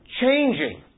changing